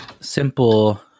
simple